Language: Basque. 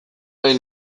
nahi